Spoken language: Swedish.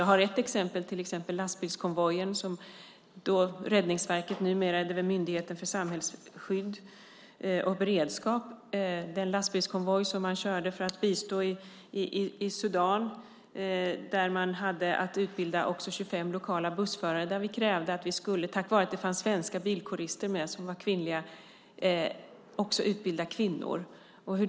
Jag har ett exempel, nämligen den lastbilskonvoj som Räddningsverket, eller numera Myndigheten för samhällsskydd och beredskap, körde för att bistå i Sudan. Där hade man också att utbilda 25 lokala bussförare. Tack vare att det fanns svenska bilkårister med kunde man utbilda också kvinnor.